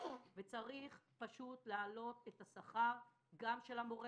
וצריך להעלות את השכר גם של המורה